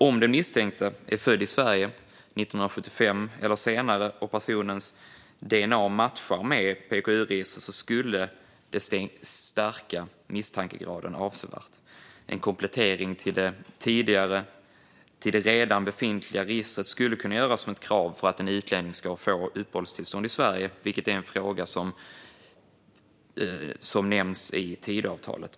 Om den misstänkte är född i Sverige 1975 eller senare och personens dna matchar med PKU-registret skulle det stärka misstankegraden avsevärt. En komplettering till det redan befintliga registret skulle kunna göras som ett krav för att en utlänning ska få uppehållstillstånd i Sverige, vilket är en fråga som omnämns i Tidöavtalet.